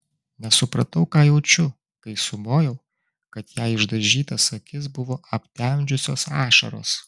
nesupratau ką jaučiu kai sumojau kad jai išdažytas akis buvo aptemdžiusios ašaros